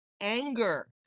anger